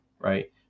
right